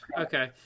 Okay